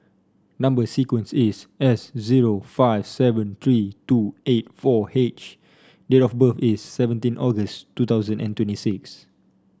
number sequence is S zero five seven three two eight four H date of birth is seventeen August two thousand and twenty six